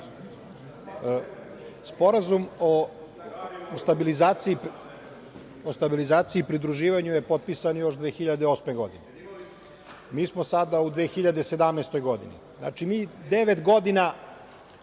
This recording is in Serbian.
Hvala. Sporazum o stabilizaciji i pridruživanju je potpisan još 2008. godine. Mi smo sada u 2017. godini. Znači, mi devet godina